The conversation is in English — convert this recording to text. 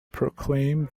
proclaim